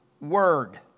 word